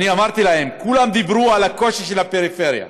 אני אמרתי להם, כולם דיברו על הקושי של הפריפריה,